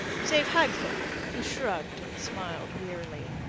save hagthorpe, who shrugged and smiled wearily.